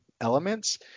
elements